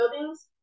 buildings